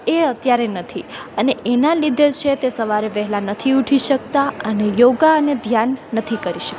એ અત્યારે નથી અને એનાં લીધે છે તે સવારે વહેલા નથી ઉઠી શકતા અને યોગ અને ધ્યાન નથી કરી શકતા